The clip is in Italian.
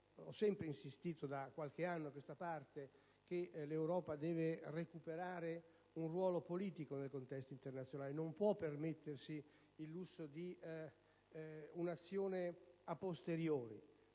ho sempre insistito, da qualche anno a questa parte, sul fatto che l'Europa deve recuperare un ruolo politico nel contesto internazionale. Non può permettersi il lusso di un'azione *a* *posteriori*: